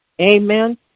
Amen